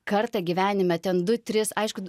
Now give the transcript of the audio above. kartą gyvenime ten du tris aišku